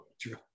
True